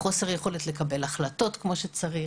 חוסר יכולת לקבל החלטות כמו שצריך,